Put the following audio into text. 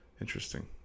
Interesting